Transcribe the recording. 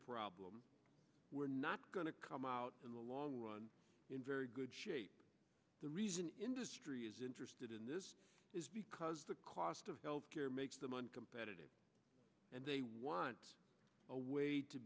problem we're not going to come out in the long run in very good shape the reason industry is interested in this is because the cost of health care makes them on competitive and they want a way to